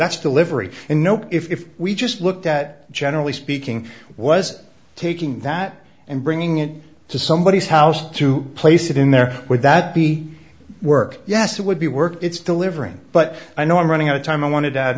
that's delivery and no if we just looked at generally speaking was taking that and bringing it to somebody's house to place it in there would that be work yes it would be work it's delivering but i know i'm running out of time i wanted to add